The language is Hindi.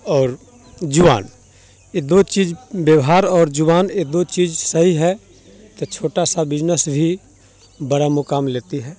और जुबान ये दो चीज व्यवहार और जुबान ये दो चीज सही है तो छोटा सा बिजनेस भी बड़ा मुकाम लेती है